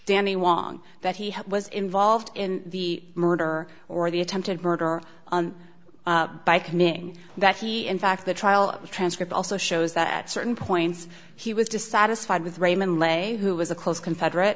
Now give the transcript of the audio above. danny won that he was involved in the murder or the attempted murder by committing that he in fact the trial transcript also shows that certain points he was dissatisfied with raymond lay who was a close confederate